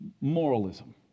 moralism